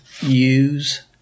use